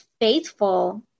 faithful